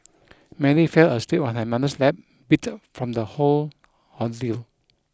Mary fell asleep on her mother's lap beat from the whole ordeal